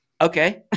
okay